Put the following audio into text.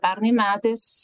pernai metais